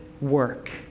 work